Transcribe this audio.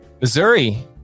Missouri